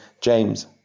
James